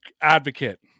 advocate